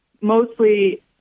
mostly